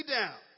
down